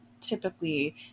typically